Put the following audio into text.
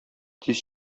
тиз